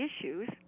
issues